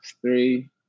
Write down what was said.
three